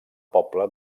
poble